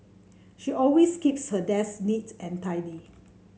she always keeps her desk neat and tidy